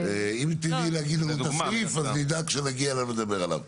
ולא איזה משהו שנשאר כל הזמן לפרשנויות.